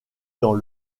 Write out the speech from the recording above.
dans